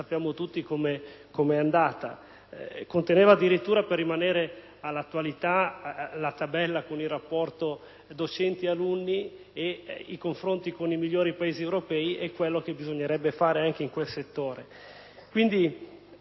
sappiamo tutti come è andata); tale Documento conteneva addirittura, per rimanere all'attualità, la tabella con il rapporto docenti‑alunni, i confronti con i migliori Paesi europei e quello che si sarebbe dovuto fare anche in quel settore.